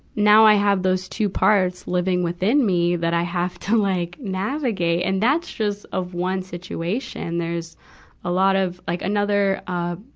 now i have those two parts living within me that i have to like navigate. and that's just of one situation. there's a lot of like another, ah,